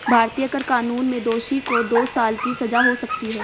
भारतीय कर कानून में दोषी को दो साल की सजा हो सकती है